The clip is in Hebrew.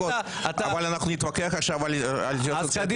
עכשיו נתווכח חמש דקות על התייעצות סיעתית?